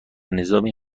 نظامی